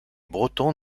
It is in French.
bretons